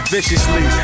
Viciously